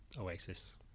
Oasis